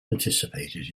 participated